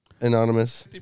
Anonymous